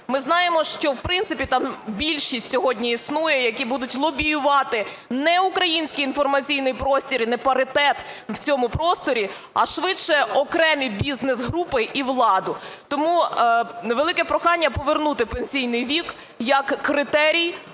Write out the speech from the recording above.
Ми знаємо, що, в принципі, там більшість сьогодні існує, які будуть лобіювати не український інформаційний простір і не паритет в цьому просторі, а швидше окремі бізнес-групи і владу. Тому велике прохання повернути пенсійний вік як критерій